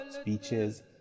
speeches